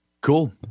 Cool